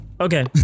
Okay